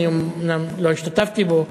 אומנם לא השתתפתי בו,